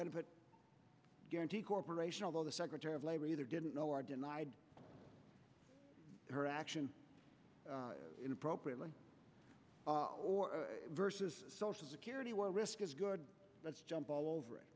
benefit guarantee corporation although the secretary of labor either didn't know or denied her action inappropriately or versus social security or risk is good let's jump all over it